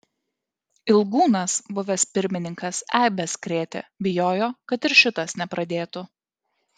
ilgūnas buvęs pirmininkas eibes krėtė bijojo kad ir šitas nepradėtų